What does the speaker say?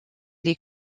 les